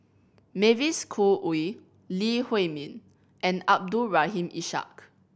Mavis Khoo Oei Lee Huei Min and Abdul Rahim Ishak